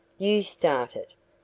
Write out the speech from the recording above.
you start it,